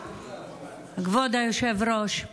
כבוד היושב-ראש,